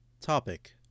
Topic